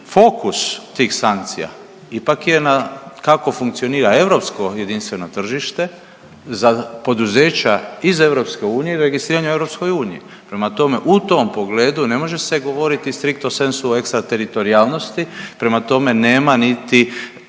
fokus tih sankcija ipak je na kako funkcionira europsko jedinstveno tržište za poduzeća iz EU registrirana u EU. Prema tome u tom pogledu ne može se govoriti striktno …/Govornik se ne razumije./… teritorijalnosti. Prema tome, nema niti